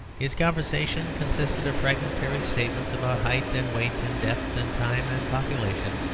his conversation consisted of fragmentary statements about height and weight and depth and time and population,